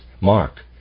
Mark